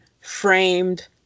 framed